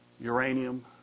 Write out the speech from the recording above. uranium